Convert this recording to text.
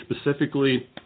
specifically